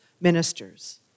ministers